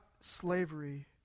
slavery